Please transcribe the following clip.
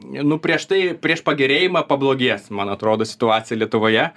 nu prieš tai prieš pagerėjimą pablogės man atrodo situacija lietuvoje